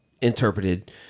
interpreted